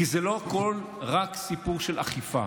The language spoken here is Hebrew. כי לא הכול זה רק סיפור של אכיפה.